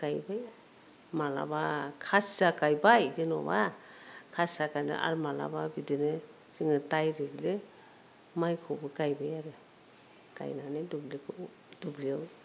गायबाय मालाबा खासिया गायबाय जेनेबा आरो मालाबा बिदिनो जोङो दाइरेक्त नो माइखौबो गायबाय आरो गायनानै दुब्लियाव